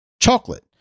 chocolate